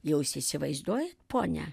jau jūs įsivaizduojat ponia